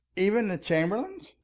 even the chamberlains?